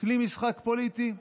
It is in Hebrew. כלי משחק פוליטי.